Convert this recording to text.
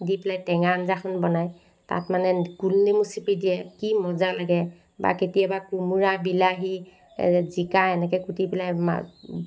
দি পেলাই টেঙা আঞ্জাখন বনায় তাত মানে গোল নেমু চেপি দিয়ে কি মজা লাগে বা কেতিয়াবা কোমোৰা বিলাহী জিকা এনেকৈ কুটি পেলাই মা